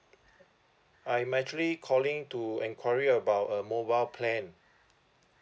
I'm actually calling to enquiry about a mobile plan